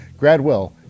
Gradwell